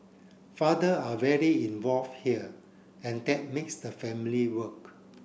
father are very involve here and that makes the family work